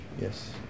yes